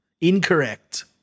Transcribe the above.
Incorrect